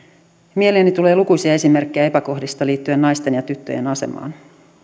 mieleeni tulee lukuisia esimerkkejä epäkohdista liittyen naisten ja tyttöjen asemaan